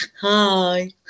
hi